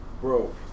Bro